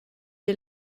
ait